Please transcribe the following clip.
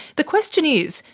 the question is,